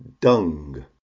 dung